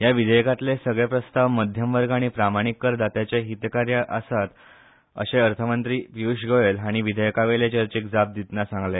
ह्या विधेयकातले सगले प्रस्ताव मध्यमवर्ग आनी प्रामाणिक कर दात्याचे हीत कार्य आसात अशें अर्थमंत्री पियुष गोयल हांणी विधेयकावेले चर्चेक जाप दितना सांगले